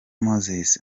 moses